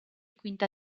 quinta